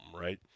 right